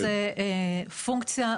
זו פונקציה,